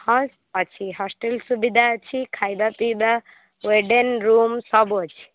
ହଁ ଅଛି ହଷ୍ଟେଲ୍ ସୁବିଧା ଅଛି ଖାଇବା ପିଇବା ୱେଡ଼େନ୍ ରୁମ୍ ସବୁ ଅଛି